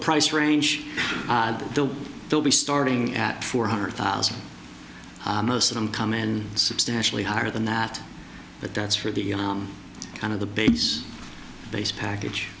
price range they'll be starting at four hundred thousand most of them come in substantially higher than that but that's for the kind of the base base package